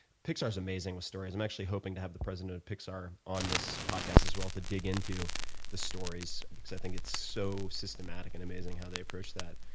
pixar is amazing with stories. i'm actually hoping to have the president of pixar on this podcast as well to dig into the stories because i think it's so systematic and amazing how they approach that.